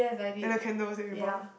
and the candles that we bought